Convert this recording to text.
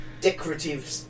decorative